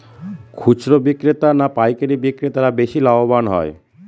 খুচরো বিক্রেতা না পাইকারী বিক্রেতারা বেশি লাভবান হয়?